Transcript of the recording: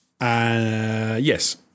Yes